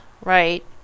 right